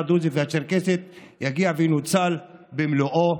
הדרוזית והצ'רקסית הגיע ונוצל במלואו,